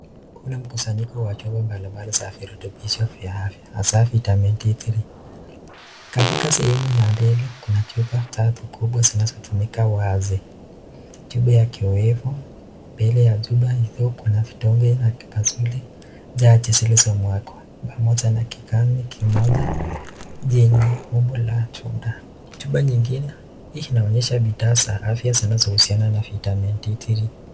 Kuna mkusanyiko wa chupa mbali mbali za virutubisho vya dawa hasa Vitamin D3 . Katika sehemu ya mbele kuna chupa tatu kubwa zime tumika wazi , chupa ya kiowevu. Mbele ya chupa hizo kuna vidonge na kikasuli chache zilizomwagwa pamoja na kikami kimoja lenye umbo la tunda. Chupa nyingine inaonyesha bidhaa za afya za afya zinazo husiana na vitamin D3.